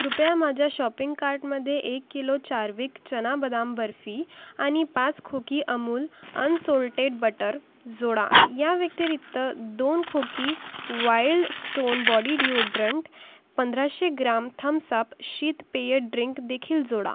कृपया माझ्या शॉपिंग कार्टमध्ये एक किलो चार्विक चना बदाम बर्फी आणि पाच खोकी अमूल अनसोल्टेड बटर जोडा या व्यतिरिक्त दोन खोकी वाईल स्टोन बॉडी डिउड्रंट पंधराशे ग्राम थम्सप शीतपेय ड्रिंकदेखील जोडा